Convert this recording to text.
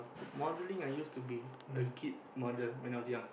modelling I used to be a kid model when I was young